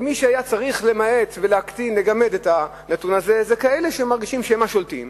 מי שהיה צריך להקטין ולגמד את הנתון הזה הם אלה שמרגישים שהם השולטים,